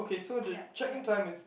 yeap yeap